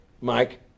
Mike